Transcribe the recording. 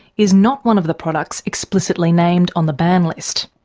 is not one of the products explicitly named on the ban list.